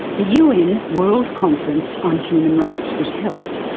the un world conference on human rights was held.